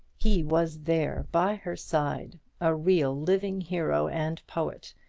he was there by her side, a real living hero and poet,